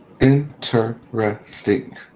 Interesting